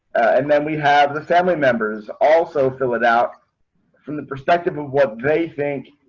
and then we have the family members also fill it out from the perspective of what they think.